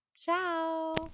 Ciao